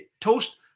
toast